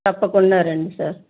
తప్పకుండ రండి సార్